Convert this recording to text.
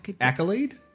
Accolade